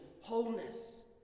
wholeness